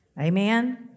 Amen